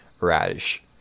radish